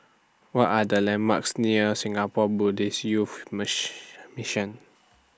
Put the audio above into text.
What Are The landmarks near Singapore Buddhist Youth Mission